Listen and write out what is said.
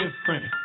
different